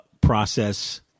process